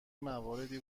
مواردی